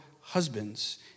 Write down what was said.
husbands